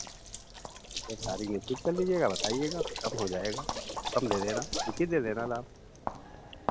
ठीक है तारीख निश्चित कर लीजिएगा बताइएगा फिर कम हो जाएगा कम दे देना उचित दे देना लाभ